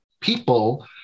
people